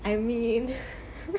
I mean